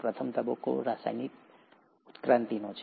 પ્રથમ તબક્કો રાસાયણિક ઉત્ક્રાંતિનો છે